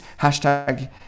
hashtag